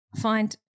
find